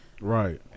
Right